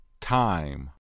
Time